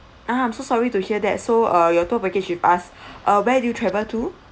ah I'm so sorry to hear that so uh your tour package with us uh where do you travel to